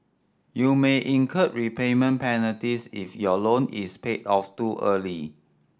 you may incur repayment penalties if your loan is paid off too early